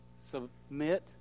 submit